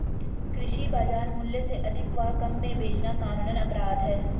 कृषि बाजार मूल्य से अधिक व कम में बेचना कानूनन अपराध है